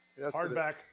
hardback